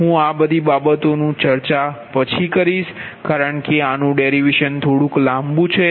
હું આ બધી બાબતોનું ચર્ચા પછી કારણ કે આનુ ડેરિવેશન થોડુંક લાંબું છે